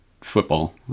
football